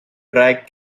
drag